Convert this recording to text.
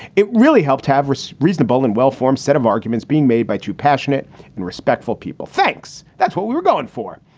it really helped have a so reasonable and well-formed set of arguments being made by two passionate and respectful people. thanks. that's what we were going for.